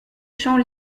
chants